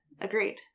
agreed